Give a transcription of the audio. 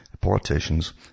politicians